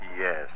Yes